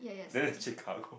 then it's Chicago